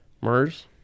MERS